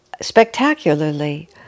spectacularly